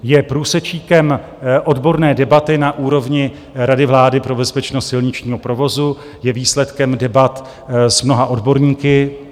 Je průsečíkem odborné debaty na úrovni Rady vlády pro bezpečnost silničního provozu, je výsledkem debat s mnoha odborníky.